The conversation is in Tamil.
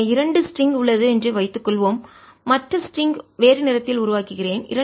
எனவே இரண்டு ஸ்ட்ரிங் லேசான கயிறுஉள்ளது என்று வைத்துக்கொள்வோம் மற்ற ஸ்ட்ரிங் லேசான கயிறு வேறு நிறத்தில் உருவாக்குகிறேன்